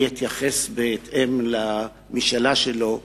אני אתייחס בהתאם למשאלה שלו,